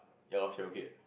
ya lor she haven't quit yet